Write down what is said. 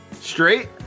straight